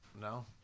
No